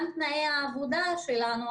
גם תנאי העבודה שלנו,